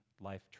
life